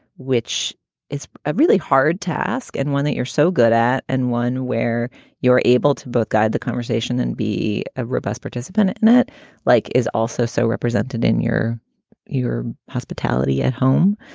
which is a really hard task and one that you're so good at and one where you're able to both guide the conversation and be a robust participant net like is also so represented in your your hospitality at home.